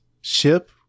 ship